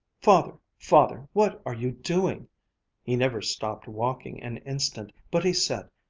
father, father, what are you doing he never stopped walking an instant, but he said,